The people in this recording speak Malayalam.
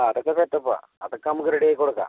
അതൊക്കെ സെറ്റപ്പാണ് അതൊക്കെ നമുക്ക് റെഡി ആക്കി കൊടുക്കാം